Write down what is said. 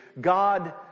God